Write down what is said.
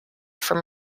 from